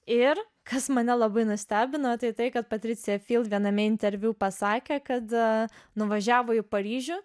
ir kas mane labai nustebino tai tai kad patricija viename interviu pasakė kad nuvažiavo į paryžių